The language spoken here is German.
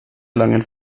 langen